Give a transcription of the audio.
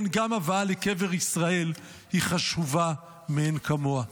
כן, גם הבאה לקבר ישראל היא חשובה מאין כמוה.